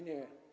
Nie.